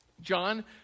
John